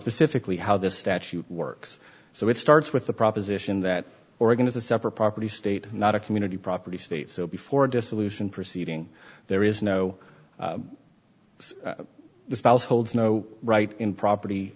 specifically how this statute works so it starts with the proposition that oregon is a separate property state not a community property state so before dissolution proceeding there is no spouse holds no right in property